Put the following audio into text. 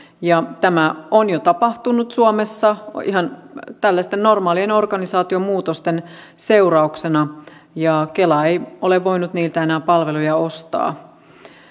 tämä on jo tapahtunut suomessa ihan tällaisten normaalien organisaatiomuutosten seurauksena ja kela ei ole voinut niiltä enää palveluja ostaa